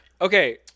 okay